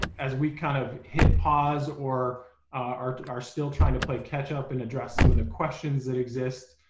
as we kind of hit pause or are are still trying to play catch-up and address some of the questions that exist.